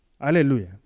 hallelujah